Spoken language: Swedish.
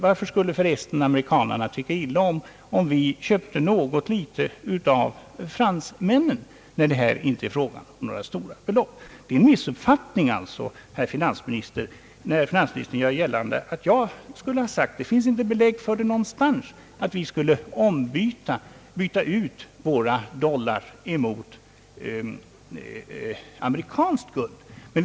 Varför skulle förresten amerikanerna tycka illa om att vi köpte något litet av fransmännen, när det här inte är fråga om några stora belopp? Det är en missuppfattning av finansministern när han gör gällande, att jag skulle ha sagt, att vi skulle byta ut våra dollar mot amerikanskt guld. Det finns inte någonstans belägg för detta finansministerns påstående.